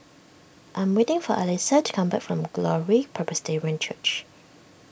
I am waiting for Elyssa to come back from Glory Presbyterian Church